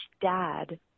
dad